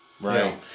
Right